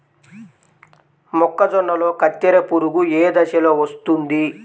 మొక్కజొన్నలో కత్తెర పురుగు ఏ దశలో వస్తుంది?